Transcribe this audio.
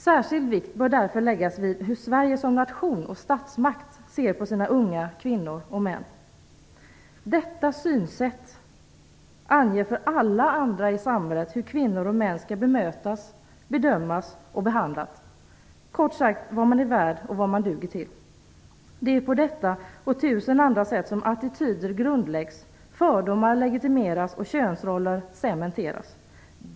Särskild vikt bör därför läggas vid hur Sverige som nation och statsmakt ser på sina unga kvinnor och män. Detta synsätt anger för alla andra i samhället hur kvinnor och män skall bemötas, bedömas och behandlas. Kort sagt, vad man är värd och vad man duger till. Det är på detta, och på tusen andra sätt, som attityder grundläggs, fördomar legitimeras och könsroller cementeras.